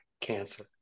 cancer